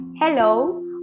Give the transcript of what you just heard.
Hello